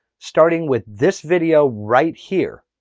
starting with this video right here.